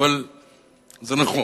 זה נכון.